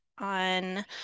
on